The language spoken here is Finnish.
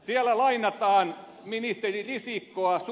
siellä lainataan ministeri risikkoa